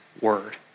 word